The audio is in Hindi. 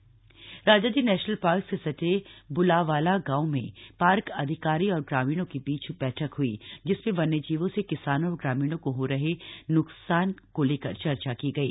बैठक राजाजी नेशनल पार्क से सटे ब्लावाला गांव में पार्क अधिकारी और ग्रामीणों के बीच बैठक हई जिसमें वन्यजीवों से किसानों और ग्रामीणों को हो रहे न्कसान को लेकर चर्चा की गयी